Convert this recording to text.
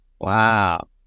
Wow